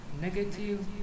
negative